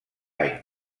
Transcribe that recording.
any